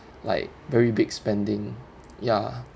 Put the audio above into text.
like very big spending ya